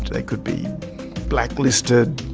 they could be blacklisted,